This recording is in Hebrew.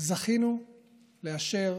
זכינו לאשר